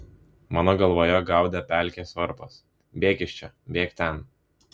mano galvoje gaudė pelkės varpas bėk iš čia bėk ten